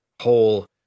whole